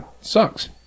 sucks